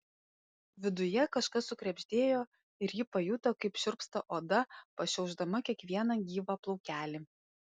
viduje kažkas sukrebždėjo ir ji pajuto kaip šiurpsta oda pašiaušdama kiekvieną gyvą plaukelį